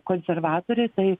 konservatoriai tai